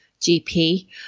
GP